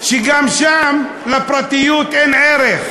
שגם שם לפרטיות אין ערך.